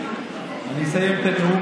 אני אסיים את הנאום,